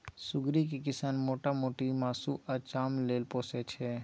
सुग्गरि केँ किसान मोटा मोटी मासु आ चाम लेल पोसय छै